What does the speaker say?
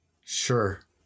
Sure